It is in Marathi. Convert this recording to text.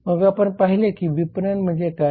मग आपण पाहिले आहे की विपणन म्हणजे काय